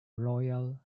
royal